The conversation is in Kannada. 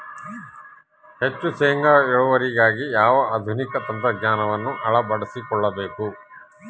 ಹೆಚ್ಚು ಶೇಂಗಾ ಇಳುವರಿಗಾಗಿ ಯಾವ ಆಧುನಿಕ ತಂತ್ರಜ್ಞಾನವನ್ನು ಅಳವಡಿಸಿಕೊಳ್ಳಬೇಕು?